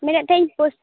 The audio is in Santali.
ᱢᱮᱱᱮᱫ ᱛᱟᱦᱮᱱᱟᱹᱧ